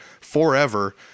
forever